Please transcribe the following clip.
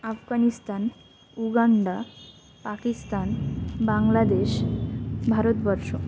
Afghanistan Uganda Pakistan Bangladesh Bharatvarsha